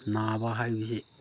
ꯅꯥꯕ ꯍꯥꯏꯕꯁꯤ